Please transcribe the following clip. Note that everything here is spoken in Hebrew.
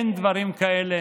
אין דברים כאלה,